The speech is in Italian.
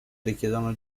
richiedono